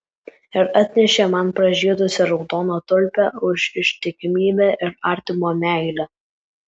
ir atnešė man pražydusią raudoną tulpę už ištikimybę ir artimo meilę